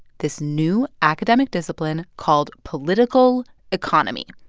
this new academic discipline called political economy,